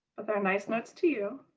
but they are nice notes to you.